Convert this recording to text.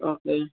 okay